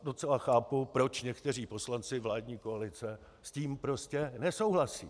Docela chápu, proč někteří poslanci vládní koalice s tím prostě nesouhlasí.